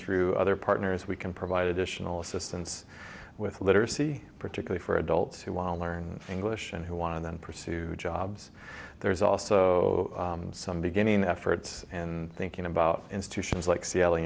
through other partners we can provide additional assistance with literacy particularly for adults who want to learn english and who want to then pursue jobs there's also some beginning efforts and thinking about institutions like